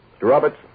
Roberts